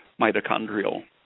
mitochondrial